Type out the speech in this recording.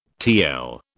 Tl